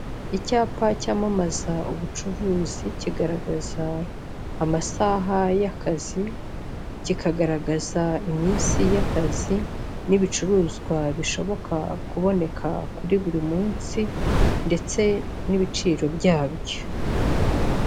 Icyapa cyamamaza ubucuruzi, kigaragaza amasaha y'akazi, kikagaragaza iminsi y'akazi, n'ibicuruzwa bishoboka kuboneka kuri buri munsi, ndetse n'ibiciro byabyo.